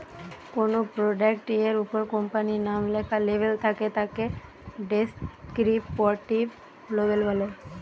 কোনো প্রোডাক্ট এর উপর কোম্পানির নাম লেখা লেবেল থাকে তাকে ডেস্ক্রিপটিভ লেবেল বলে